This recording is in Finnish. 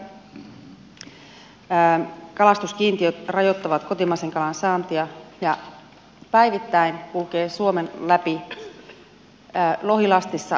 kalastajamme ikääntyvät kalastuskiintiöt rajoittavat kotimaisen kalan saantia ja päivittäin kulkee suomen läpi lohilastissa rekkoja